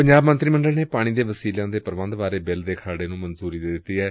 ਪੰਜਾਬ ਮੰਤਰੀ ਮੰਡਲ ਨੇ ਪਾਣੀ ਦੇ ਵਸੀਲਿਆਂ ਦੇ ਪ੍ਰੰਬਧ ਬਾਰੇ ਬਿੱਲ ਦੇ ਖਰੜੇ ਨੂੰ ਮਨਜੂਰੀ ਦੇ ਦਿੱਤੀ ਏ